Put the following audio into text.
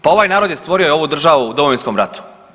Pa ovaj narod je stvorio ovu državu u Domovinskom ratu.